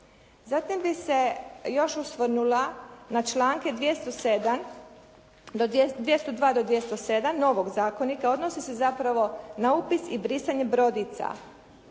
Zatim bi se još osvrnula na članke 202. do 207. novog zakonika. Odnosi se zapravo na upis i brisanje brodica,